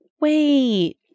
wait